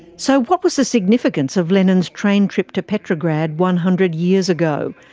so what was the significance of lenin's train trip to petrograd one hundred years ago?